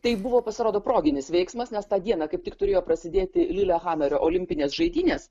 tai buvo pasirodo proginis veiksmas nes tą dieną kaip tik turėjo prasidėti lilehamerio olimpinės žaidynės